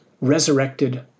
resurrected